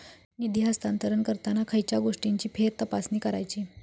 निधी हस्तांतरण करताना खयच्या गोष्टींची फेरतपासणी करायची?